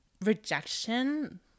rejection